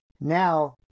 Now